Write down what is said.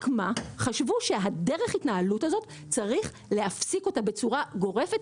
חשבו שצריך להפסיק את דרך ההתנהלות הזו בצורה גורפת,